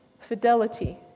fidelity